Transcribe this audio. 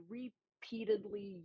repeatedly